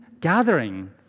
gathering